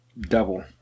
double